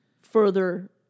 further